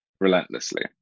relentlessly